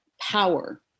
power